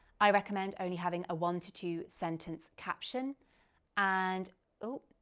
i recommend only having a one to two sentence caption and ooh,